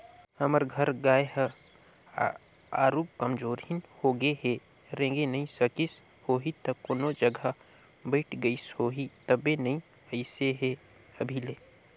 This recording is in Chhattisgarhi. हमर घर गाय ह आरुग कमजोरहिन होगें हे रेंगे नइ सकिस होहि त कोनो जघा बइठ गईस होही तबे नइ अइसे हे अभी ले